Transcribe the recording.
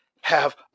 Have